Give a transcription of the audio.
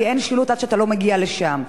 כי אין שילוט עד שאתה לא מגיע לשם.